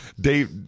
Dave